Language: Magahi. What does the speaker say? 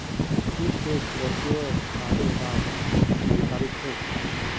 की तोक वर्चुअल कार्डेर बार जानकारी छोक